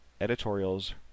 editorials